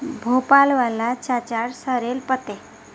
भोपाल वाला चाचार सॉरेल पत्ते